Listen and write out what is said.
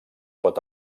pot